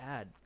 add